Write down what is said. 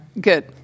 Good